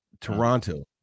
Toronto